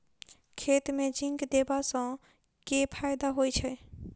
खेत मे जिंक देबा सँ केँ फायदा होइ छैय?